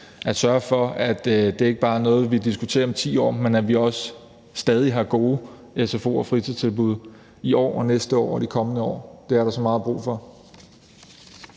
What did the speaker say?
at sørge for, at det ikke bare er noget, vi diskuterer om 10 år, men at vi har gode sfo'er og fritidstilbud både i år, næste år og de kommende år. Det er der så meget brug for.